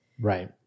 right